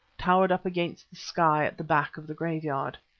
towered up against the sky at the back of the graveyard.